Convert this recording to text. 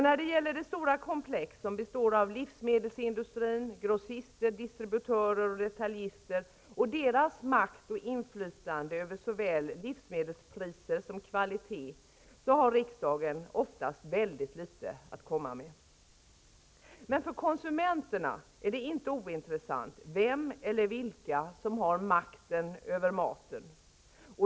När det gäller det stora komplex som består av livsmedelsindustrin, grossister, distributörer, detaljister och deras makt och inflytande över såväl livsmedelspriser som kvalitet, har riksdagen oftast mycket litet att komma med. Men för konsumenterna är det inte ointressant vem eller vilka som har makten över maten.